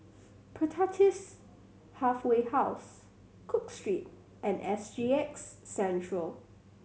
Pertapis Halfway House Cook Street and S G X Centre